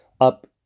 up